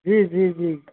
जी जी जी